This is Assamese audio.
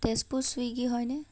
তেজপুৰ চুইগী হয় নে